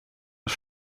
des